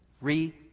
re